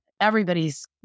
everybody's